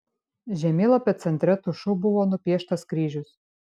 žemėlapio centre tušu buvo nupieštas kryžius